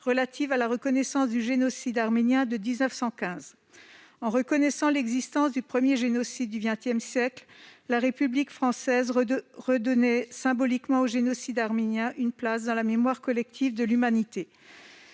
relative à la reconnaissance du génocide arménien de 1915. En reconnaissant l'existence du premier génocide du XX siècle, la République française redonnait symboliquement au génocide arménien une place dans la mémoire collective de l'humanité.